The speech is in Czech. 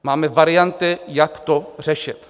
Máme varianty, jak to řešit.